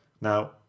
Now